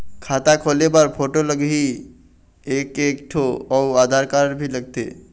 खाता खोले बर फोटो लगही एक एक ठो अउ आधार कारड भी लगथे?